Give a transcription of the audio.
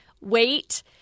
wait